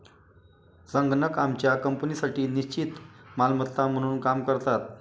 संगणक आमच्या कंपनीसाठी निश्चित मालमत्ता म्हणून काम करतात